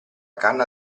canna